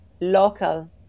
local